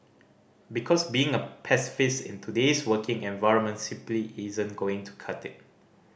because being a pacifist in today's working environment simply isn't going to cut it